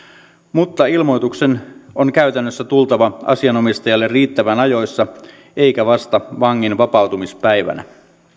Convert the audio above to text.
mutta ilmoituksen on käytännössä tultava asian omistajalle riittävän ajoissa eikä vasta vangin vapautumispäivänä